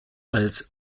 als